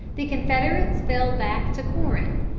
the confederates fell back to corinth,